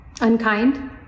unkind